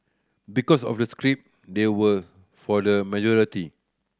because of the script they were for the majority